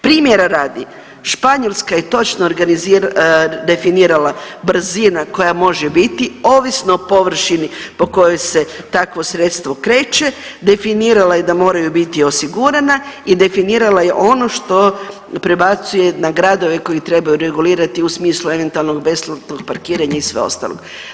Primjera radi, Španjolska je točno definirala brzina koja može biti ovisno o površini po kojoj se takvo sredstvo kreće, definirala je da moraju biti osigurana i definirala je ono što prebacuje na gradove koji trebaju regulirati u smislu eventualnog besplatnog parkiranja i sve ostalog.